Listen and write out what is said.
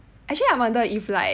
actually I wonder if like